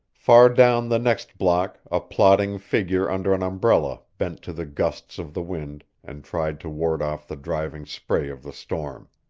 far down the next block a plodding figure under an umbrella bent to the gusts of the wind and tried to ward off the driving spray of the storm.